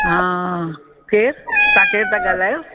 हा केरु तव्हां केरु था ॻाल्हायो